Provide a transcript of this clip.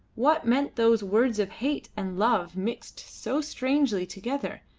what meant those words of hate and love mixed so strangely together,